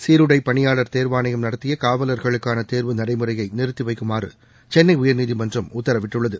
சீருடைப் பணியாளர் தேர்வாணையம் நடத்திய காவலர்களுக்கான தேர்வு நடைமுறையை நிறுத்தி வைக்குமாறு சென்னை உயர்நீதிமன்றம் உத்தரவிட்டுள்ளது